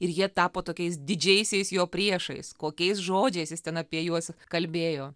ir jie tapo tokiais didžiaisiais jo priešais kokiais žodžiais jis ten apie juos kalbėjo